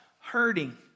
hurting